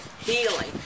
healing